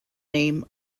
name